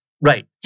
Right